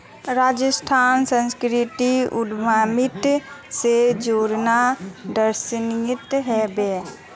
राजस्थानेर संस्कृतिक उद्यमिता स जोड़ना दर्शनीय ह बे